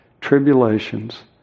tribulations